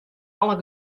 alle